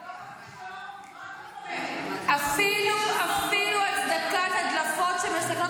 --- רק את --- אפילו הצדקת הדלפות שמסכנות